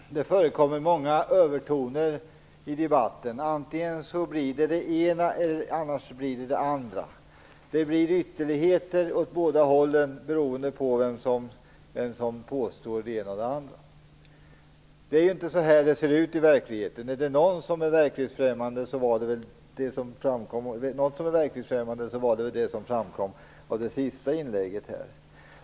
Herr talman! Det förekommer många övertoner i debatten. Det blir antingen det ena eller det andra. Det blir ytterligheter åt båda hållen beroende på vem som påstår det ena och det andra. Det är inte så det ser ut i verkligheten. Om det är något som är verklighetsfrämmande är det väl det som framkom i det senaste inlägget.